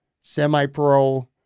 semi-pro